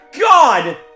God